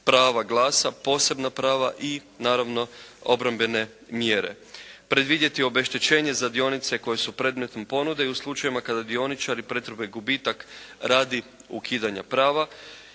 prava glasa, posebna prava i naravno obrambene mjere. Predvidjeti obeštećenje za dionice koje su predmet ponude. I u slučajevima kada dioničari pretrpe gubitak radi ukidanja prava.